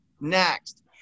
next